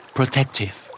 Protective